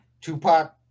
Tupac